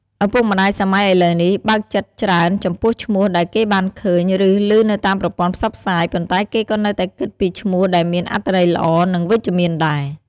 ឪពុកម្ដាយសម័យឥឡូវនេះ បើកចិត្តច្រើនចំពោះឈ្មោះដែលគេបានឃើញ ឬ ឮនៅតាមប្រព័ន្ធផ្សព្វផ្សាយ ប៉ុន្តែគេក៏នៅតែគិតពីឈ្មោះដែលមានអត្ថន័យល្អ និងវិជ្ជមានដែរ។